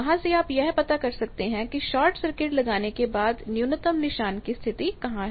वहां से आप यह पता कर सकते हैं कि शॉर्ट सर्किट लगाने के बाद न्यूनतम निशान की स्थिति कहां है